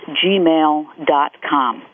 gmail.com